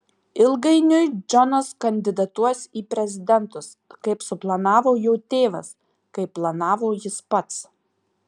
ilgainiui džonas kandidatuos į prezidentus kaip suplanavo jo tėvas kaip planavo jis pats